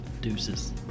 Deuces